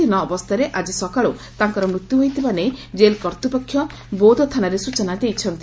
ଧିନ ଅବସ୍ଥାରେ ଆକି ସକାଳୁ ତାଙ୍କର ମୃତ୍ୟୁ ହୋଇଥିବା ନେଇ ଜେଲ କତୃପକ୍ଷ ବୌଦ୍ଧ ଥାନାରେ ସୂଚନା ଦେଇଛନ୍ତି